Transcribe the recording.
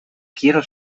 quiero